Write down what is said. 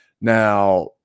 Now